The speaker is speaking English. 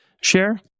share